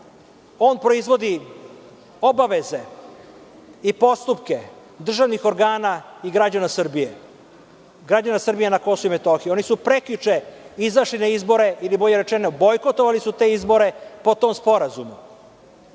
On proizvodi obaveze i postupke državnih organa i građana Srbije, građana Srbije na KiM. Oni su prekjuče izašli na izbore ili bolje rečeno bojkotovali su te izbore, potom sporazum. Prema